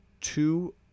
Two